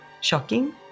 shocking